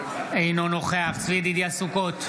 אינו נוכח צבי ידידיה סוכות,